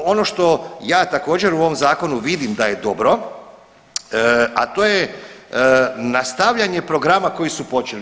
Ono što ja također u ovom zakonu vidim da je dobro, a to je nastavljanje programa koji su počeli.